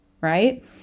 right